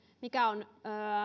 mikä on